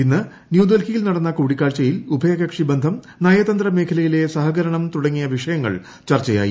ഇന്ന് ന്യൂഡൽഹിയിൽ റ്റ്ടെന്ന് കൂടിക്കാഴ്ചയിൽ ഉഭയകക്ഷി ബന്ധം നയതന്ത്ര മേഖലയിലെ ് സഹകരണം തുടങ്ങിയ വിഷയങ്ങൾ ചർച്ചയായി